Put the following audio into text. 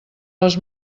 les